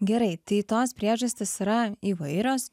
gerai tai tos priežastys yra įvairios